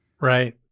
Right